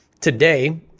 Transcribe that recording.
Today